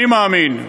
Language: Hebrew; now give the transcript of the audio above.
אני מאמין,